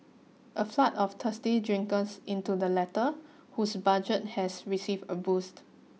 a flood of thirsty drinkers into the latter whose budget has received a boost